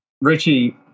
Richie